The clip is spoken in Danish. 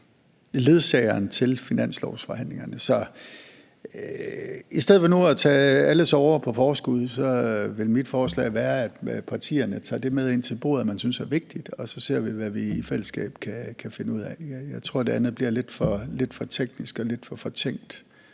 ledsageren til finanslovsforhandlingerne. Så i stedet for nu at tage alle sorger på forskud vil mit forslag være, at partierne tager det med ind til bordet, de synes er vigtigt, og så ser vi, hvad vi i fællesskab kan finde ud af. Jeg tror, det andet bliver lidt for teknisk og lidt for fortænkt.